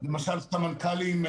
למשל, סמנכ"לים.